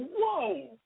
whoa